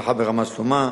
משפחה ברמת-שלמה,